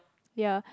ya